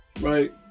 right